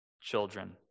children